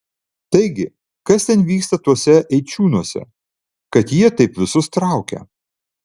taigi kas ten vyksta tuose eičiūnuose kad jie taip visus traukia